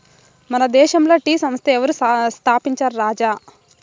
మన దేశంల టీ సంస్థ ఎవరు స్థాపించారు రాజా